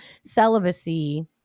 celibacy